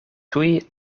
tuj